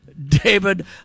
David